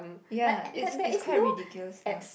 ya it's it's quite ridiculous lah